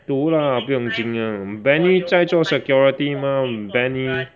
读 lah 不用紧的 Benny 在做 security mah Benny